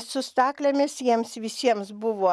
su staklėmis jiems visiems buvo